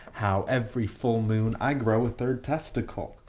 how every full moon, i grow a third testicle.